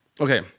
Okay